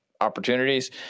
opportunities